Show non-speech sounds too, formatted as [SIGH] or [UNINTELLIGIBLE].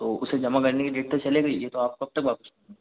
तो उसे जमा करने की डेट तो चली गई यह तो आप कब तक वापस [UNINTELLIGIBLE]